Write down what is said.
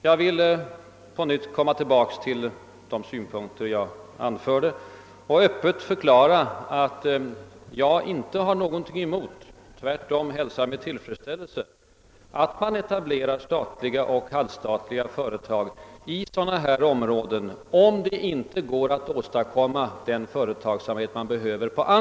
Jag vill därför öppet förklara att jag inte har någonting emot — tvärtom hälsar jag det med tillfredsställelse — att man etablerar statliga och halvstatliga företag i sådana områden, om det inte på andra sätt går att åstadkomma den företagsamhet som behövs.